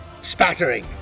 spattering